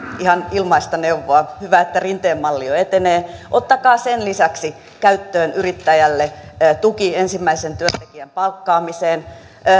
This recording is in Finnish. ihan ilmaista neuvoa hyvä että rinteen malli jo etenee ottakaa sen lisäksi käyttöön yrittäjälle tuki ensimmäisen työntekijän palkkaamiseen